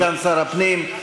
סגן שר הפנים,